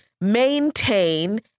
maintain